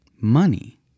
Money